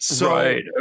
Right